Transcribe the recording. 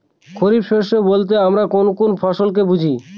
খরিফ শস্য বলতে আমরা কোন কোন ফসল কে বুঝি?